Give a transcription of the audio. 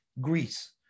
Greece